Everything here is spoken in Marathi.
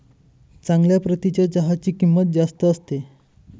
चांगल्या प्रतीच्या चहाची किंमत जास्त असते